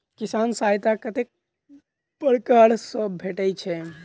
किसान सहायता कतेक पारकर सऽ भेटय छै?